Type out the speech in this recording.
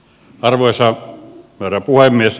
arvoisa herra puhemies